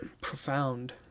profound